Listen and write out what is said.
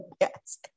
Yes